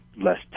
less